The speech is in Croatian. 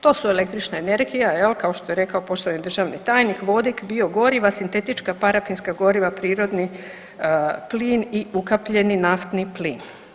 To su električna energija, je li, kao što je rekao poštovani državni tajnik, vodik, biogoriva, sintetička parafinska goriva, prirodni plin i ukapljeni naftni plin.